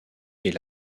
est